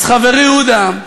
אז, חברי עודה,